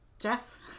Jess